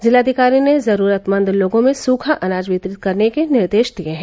जिलाधिकारी ने जरूरतमंदों लोगों में सूखा अनाज वितरित करने के निर्देश दिए हैं